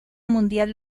mundial